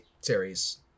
series